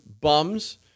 bums